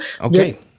Okay